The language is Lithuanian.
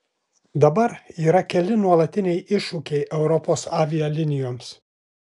dabar yra keli nuolatiniai iššūkiai europos avialinijoms